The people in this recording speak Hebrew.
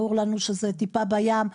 ברור לנו שזה טיפה בים.